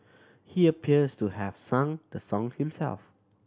he appears to have sung the song himself